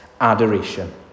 adoration